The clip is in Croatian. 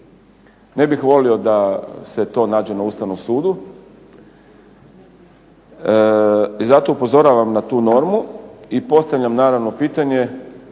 Ne bih volio da se to nađe na Ustavnom sudu i zato upozoravam na tu normu i postavljam naravno pitanje